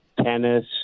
tennis